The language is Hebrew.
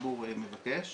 שהציבור מבקש,